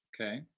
Okay